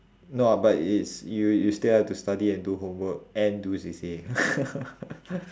no ah but it's you you still have to study and do homework and do C_C_A